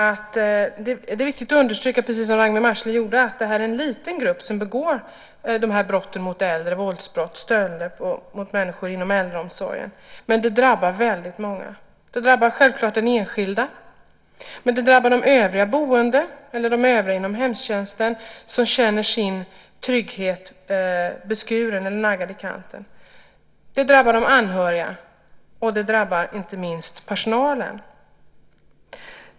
Det är viktigt att understryka, precis som Ragnwi Marcelind gjorde, att det är en liten grupp som begår de här brotten mot människor inom äldreomsorgen, till exempel våldsbrott och stölder, men det drabbar väldigt många. Det drabbar självklart den enskilda, men det drabbar också de övriga boende, det drabbar de övriga inom hemtjänsten som känner sin trygghet beskuren eller naggad i kanten, det drabbar de anhöriga och det drabbar inte minst personalen.